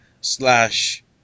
slash